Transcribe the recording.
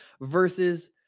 versus